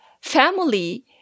family